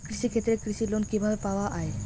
কৃষি ক্ষেত্রে কৃষি লোন কিভাবে পাওয়া য়ায়?